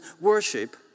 worship